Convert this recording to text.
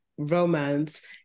romance